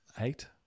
Eight